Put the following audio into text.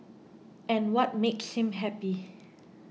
and what makes him happy